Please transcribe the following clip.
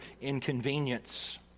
inconvenience